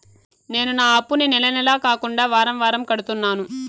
నేను నా అప్పుని నెల నెల కాకుండా వారం వారం కడుతున్నాను